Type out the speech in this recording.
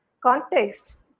context